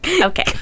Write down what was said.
Okay